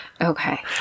Okay